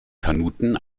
kanuten